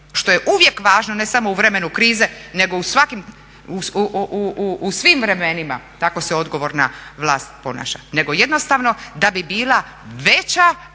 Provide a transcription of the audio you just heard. što je uvijek važno, ne samo u vremenu krize nego u svim vremenima, tako se odgovorna vlast ponaša, nego jednostavno da bi bila veća